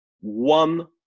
one